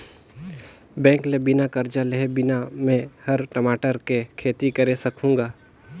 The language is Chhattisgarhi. बेंक ले बिना करजा लेहे बिना में हर टमाटर के खेती करे सकहुँ गा